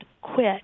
quit